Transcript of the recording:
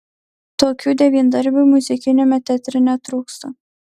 tokių devyndarbių muzikiniame teatre netrūksta